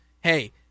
hey